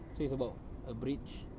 so it's about a bridge